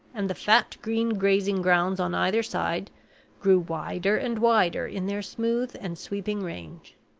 and the fat green grazing grounds on either side grew wider and wider in their smooth and sweeping range.